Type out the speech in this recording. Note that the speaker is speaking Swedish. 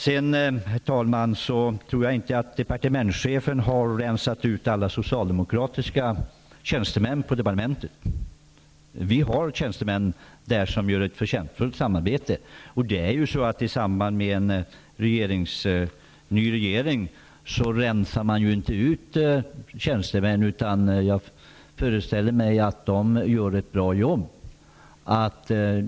Herr talman! Jag tror inte att departementschefen har rensat ut alla socialdemokratiska tjänstemän på departementet. Vi har tjänstemän där som förtjänstfullt deltar i ett samarbete. I samband med en ny regering rensar man inte ut tjänstemän. Jag föreställer mig att de gör ett bra jobb.